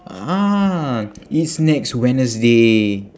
ah it's next wednesday